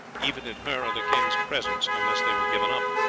even in her or the king's presence, unless they were given up.